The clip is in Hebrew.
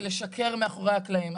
ולשקר מאחורי הקלעים.